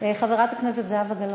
חברת הכנסת זהבה גלאון?